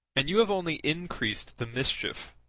and you have only increased the mischief.